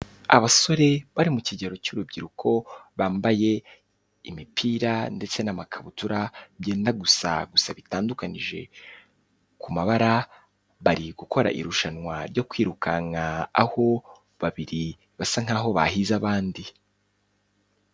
Abasore bari mu kigero cy'urubyiruko bambaye imipira ndetse n'amakabutura byenda gusa, gusa bitandukanyije ku mabara, bari gukora irushanwa ryo kwirukanka, aho babiri basa nkaho bahize abandi.